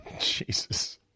Jesus